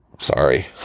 Sorry